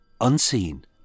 unseen